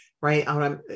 right